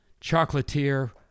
chocolatier